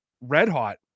red-hot